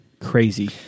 crazy